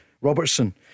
Robertson